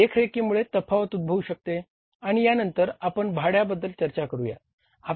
तर देखरेखीमुळेही तफावत उद्भवू शकते आणि या नंतर आपण भाड्या बद्दल चर्चा करूया